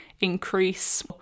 increase